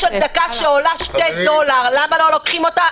דקה שעולה שני דולר, למה לא לוקחים אותה?